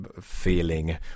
feeling